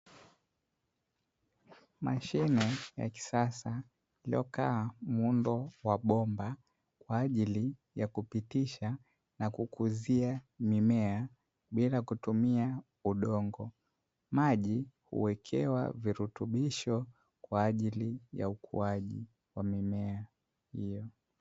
Mashine ya kisasa, iliyokaa muundo wa bomba kwa ajili ya kupitisha na kukuzia mimea bila kutumia udongo, maji huwekewa virutubisho kwa ajili ya ukuaji wa mimea hiyo.